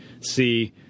see